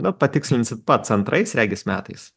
na patikslinsit pats antrais regis metais